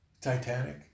Titanic